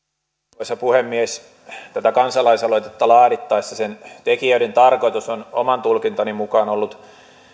arvoisa puhemies tätä kansalaisaloitetta laadittaessa sen tekijöiden tarkoitus on oman tulkintani mukaan ollut